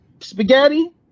spaghetti